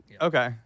Okay